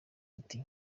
ati